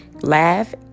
laugh